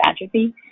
atrophy